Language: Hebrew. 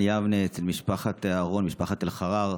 יבנה אצל משפחת אהרון ומשפחת אלחרר.